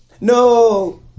No